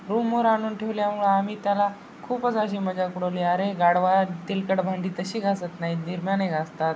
रूमवर आणून ठेवल्यामुळं आम्ही त्याला खूपच अशी मजाक उडवली अरे गाढवा तेलकट भांडी तशी घासत नाही निरम्याने घासतात